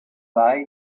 buy